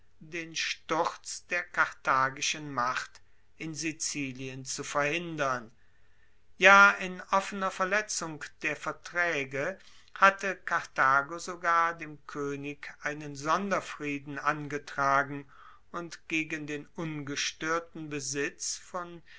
den sturz der karthagischen macht in sizilien zu verhindern ja in offener verletzung der vertraege hatte karthago sogar dem koenig einen sonderfrieden angetragen und gegen den ungestoerten besitz von